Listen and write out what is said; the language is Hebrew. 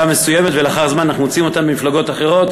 מסוימת ולאחר זמן אנחנו מוצאים אותם במפלגות אחרות,